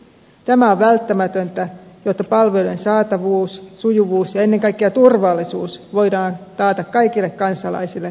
tämä on välttämätöntä jotta palveluiden saatavuus sujuvuus ja ennen kaikkea turvallisuus voidaan taata kaikille kansalaisille asuinpaikasta riippumatta